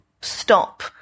stop